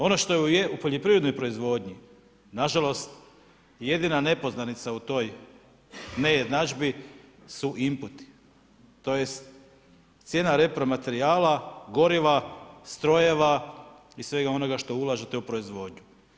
Ono što je u poljoprivrednoj proizvodnji, nažalost, jedina nepoznanica u toj nejednadžbi su inputi, tj. cijena repromaterijala, goriva, strojeva i svega onoga što ulažete u proizvodnju.